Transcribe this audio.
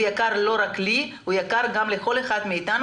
הוא יקר לא רק לי אלא גם לכל אחד מאיתנו